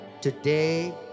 Today